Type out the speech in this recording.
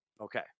Okay